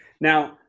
Now